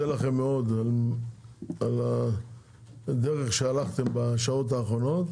לכם מאוד על הדרך שהלכתם בשעות האחרונות,